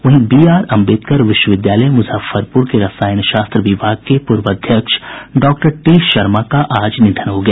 वहीं बीआर अम्बेडकर विश्वविद्यालय मुजफ्फरपुर के रसायनशास्त्र विभाग के पूर्व अध्यक्ष डॉक्टर टी शर्मा का आज निधन हो गया